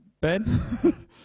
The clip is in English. Ben